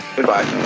Goodbye